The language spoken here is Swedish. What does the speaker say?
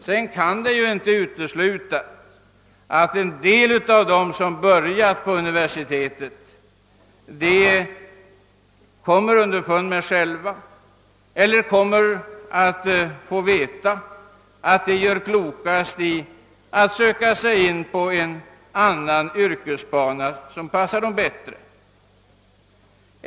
Det kan ju inte heller uteslutas att en del av dem som börjar på universitetet själva kommer underfund med eller kommer att få veta, att de gör klokast i att söka sig in på en annan yrkesbana som passar dem bättre.